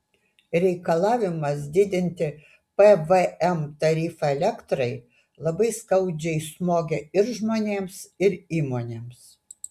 reikalavimas didinti pvm tarifą elektrai labai skaudžiai smogė ir žmonėms ir įmonėms